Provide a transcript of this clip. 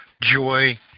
joy